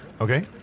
Okay